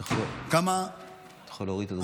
אתה יכול להוריד את הדוכן.